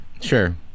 Sure